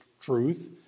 truth